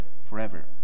forever